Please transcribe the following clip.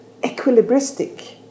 equilibristic